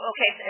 Okay